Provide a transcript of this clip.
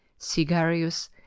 Sigarius